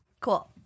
Cool